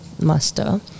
Master